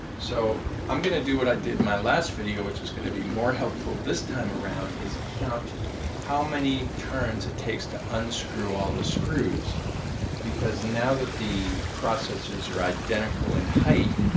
so i'm gonna do what i did in my last video which is going to be more helpful this time around is count how many turns it takes to unscrew all the screws because now that the processors are identical in height